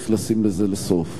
צריך לשים לזה סוף.